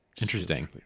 interesting